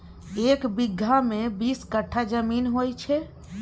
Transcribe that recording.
एक बीगहा मे बीस कट्ठा जमीन होइ छै